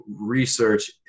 research